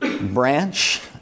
branch